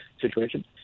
situation